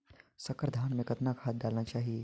संकर धान मे कतना खाद डालना चाही?